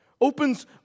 Opens